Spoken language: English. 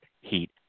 heat